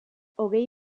hogei